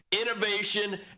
Innovation